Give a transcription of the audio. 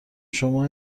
شما